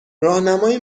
راهنمای